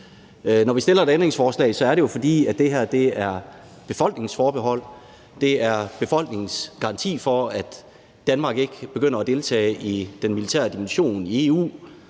Når vi stiller et ændringsforslag, er det jo, fordi det her er befolkningens forbehold, det er befolkningens garanti for, at Danmark ikke begynder at deltage i den militære dimension i EU,